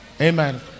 Amen